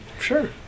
Sure